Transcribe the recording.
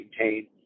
maintain